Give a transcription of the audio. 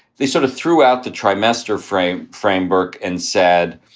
they sort of threw out the trimester frame framework and said